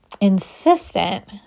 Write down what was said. insistent